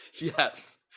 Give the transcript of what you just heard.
Yes